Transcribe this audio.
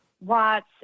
Watts